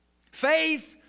Faith